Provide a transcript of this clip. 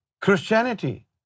Christianity